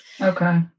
Okay